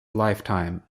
lifetime